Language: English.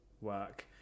work